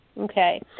okay